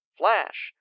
flash